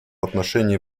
отношении